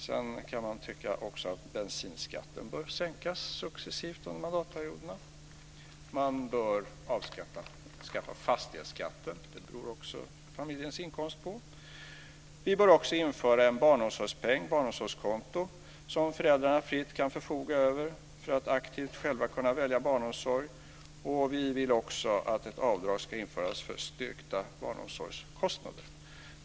Sedan kan man också tycka att bensinskatten successivt bör sänkas under mandatperioderna. Man bör avskaffa fastighetsskatten. Den beror också familjens inkomst på. Vi bör också införa en barnomsorgspeng, ett barnomsorgskonto, som föräldrarna fritt kan förfoga över för att aktivt själva kunna välja barnomsorg. Vi vill också att ett avdrag ska införas för styrkta barnomsorgskostnader.